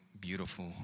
beautiful